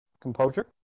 Composure